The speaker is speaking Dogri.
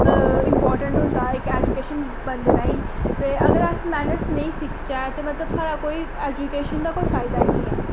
इंपारटेंट होंदा इक ऐजुकेशन बंदे ताईं ते अगर अस मैनर्स नेईं सिक्खचै ते मतलब साढ़ा कोई ऐजुकेशन दा कोई फायदा निं ऐ